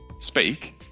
Speak